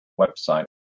website